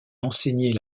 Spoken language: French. enseigner